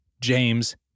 James